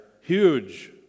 huge